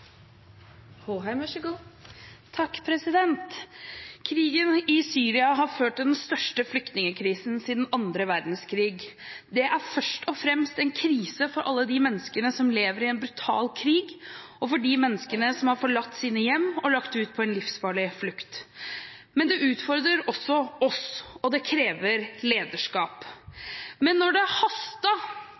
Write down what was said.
pensjonar. Og så heilt til slutt: Ein kan fastslå trass i opposisjonens svartmåling at dette er eit budsjett for arbeid, aktivitet og omstilling. Krigen i Syria har ført til den største flyktningkrisen siden annen verdenskrig. Det er først og fremst en krise for alle de menneskene som lever i en brutal krig, og for de menneskene som har forlatt sine hjem og lagt ut på en livsfarlig flukt. Men det utfordrer også